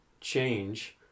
change